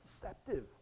deceptive